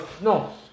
No